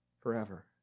forever